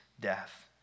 death